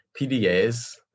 PDAs